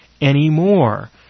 anymore